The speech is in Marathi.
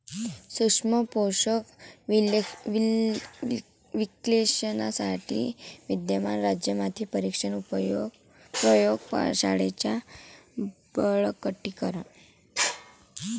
सूक्ष्म पोषक विश्लेषणासाठी विद्यमान राज्य माती परीक्षण प्रयोग शाळांचे बळकटीकरण